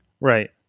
Right